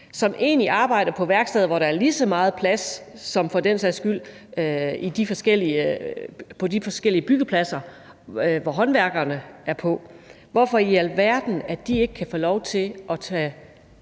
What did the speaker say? som egentlig arbejder på værksteder, hvor der er lige så meget plads, som der for den sags skyld er på de forskellige byggepladser, som håndværkerne er på – hvorfor i alverden de så ikke kan få lov til at tage